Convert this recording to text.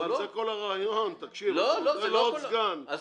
אבל זה כל הרעיון, אתה נותן לו עוד סגן.